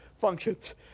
functions